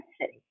city